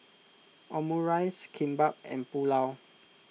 Omurice Kimbap and Pulao